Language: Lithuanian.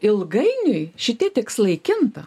ilgainiui šitie tikslai kinta